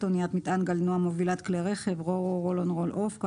אניית מטען גלנוע (מובילת כלי רכב) Cargo